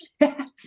Yes